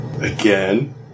again